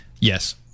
Yes